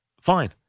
Fine